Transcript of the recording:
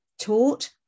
taught